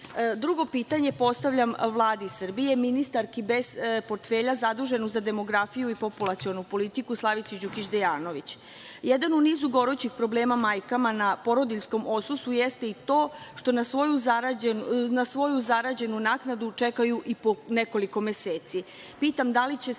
pitanje postavljam Vladi Srbije i ministarki bez portfelja zaduženoj za demografiju i populacionu politiku, Slavici Đukić Dejanović. Jedan u nizu gorućih problema majkama na porodiljskom odsustvu jeste i to što na svoju zarađenu naknadu čekaju i po nekoliko meseci.